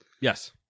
Yes